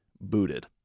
booted